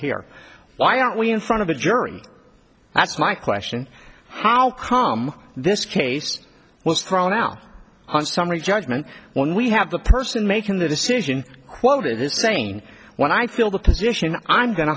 here why don't we in front of a jury that's my question how come this case was thrown now on summary judgment when we have the person making the decision quote it is sane when i feel the position i'm going to